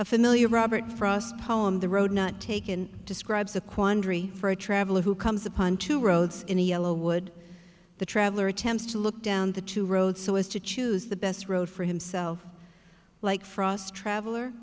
a familiar robert frost poem the road not taken describes a quandary for a traveler who comes upon two roads in a yellow wood the traveler attempts to look down the two roads so as to choose the best road for himself like frost traveler